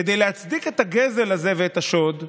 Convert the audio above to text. כדי להצדיק את הגזל הזה ואת השוד,